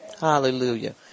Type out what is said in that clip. Hallelujah